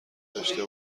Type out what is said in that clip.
داشته